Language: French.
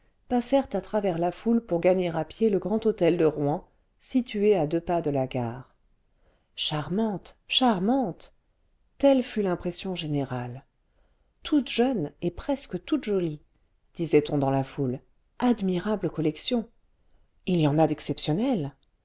passèrent à travers la foule pour gagner à pied le grand hôtel de rouen situé à deux pas de la gare ce charmantes charmantes telle fut l'impression générale toutes jeunes et'presque toutes jolies disait-on dans la foule admirable collection il y en a d'exceptionnelles